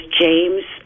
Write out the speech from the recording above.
james